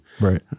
Right